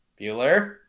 Bueller